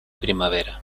primavera